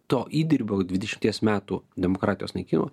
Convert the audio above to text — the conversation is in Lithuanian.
to įdirbio dvidešimties metų demokratijos naikinimo